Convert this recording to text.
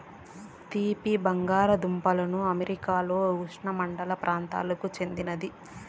తీపి బంగాలదుంపలు అమెరికాలోని ఉష్ణమండల ప్రాంతాలకు చెందినది